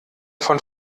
von